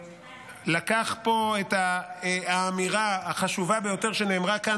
לקח פה את האמירה החשובה ביותר שנאמרה כאן